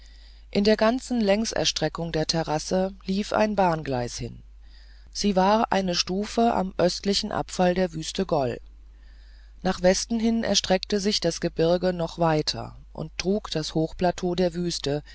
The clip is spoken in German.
in der ganzen längserstreckung der terrasse lief ein bahngeleis hin sie war eine stufe am östlichen abfall der wüste gol nach westen hin erhob sich das gebirge noch weiter und trug das hochplateau der wüste